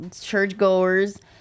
churchgoers